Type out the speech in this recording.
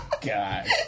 God